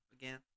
again